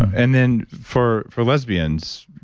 and then, for for lesbians,